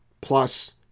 plus